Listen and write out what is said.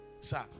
Sir